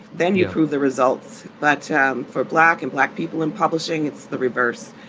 then you prove the results. but um for black and black people in publishing, it's the reverse.